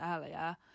earlier